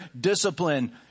discipline